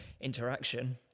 interaction